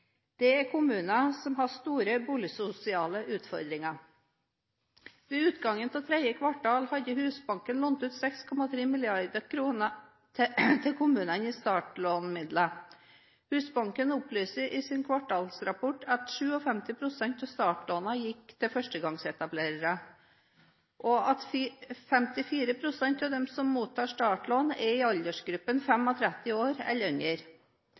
er kommuner som har store boligsosiale utfordringer. Ved utgangen av tredje kvartal hadde Husbanken lånt ut 6,3 mrd. kr til kommunene i startlånmidler. Husbanken opplyser i sin kvartalsrapport at 57 pst. av startlånene gikk til førstegangsetablerere, og at 54 pst. av dem som mottar startlån, er i aldersgruppen 35 år eller yngre.